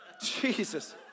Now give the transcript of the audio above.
Jesus